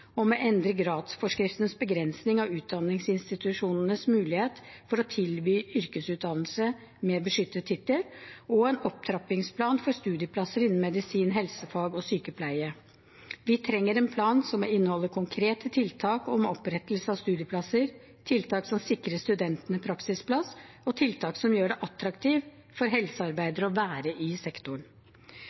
endre gradsforskriftens begrensning av utdanningsinstitusjonenes mulighet til å tilby yrkesutdannelser med beskyttet tittel og om en opptrappingsplan for studieplasser innen medisin, helsefag og sykepleie. Vi trenger en plan som inneholder konkrete tiltak for opprettelse av studieplasser, tiltak som sikrer studentene praksisplass, og tiltak som gjør det attraktivt for helsearbeidere å være i sektoren.